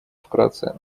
вкратце